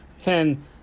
ten